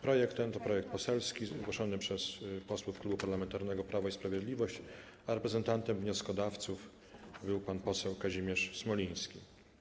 Projekt ten to projekt poselski zgłoszony przez posłów Klubu Parlamentarnego Prawo i Sprawiedliwość, a reprezentantem wnioskodawców był pan poseł Kazimierz Smoliński.